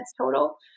total